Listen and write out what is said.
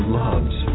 loves